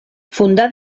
fundà